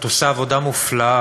את עושה עבודה מופלאה,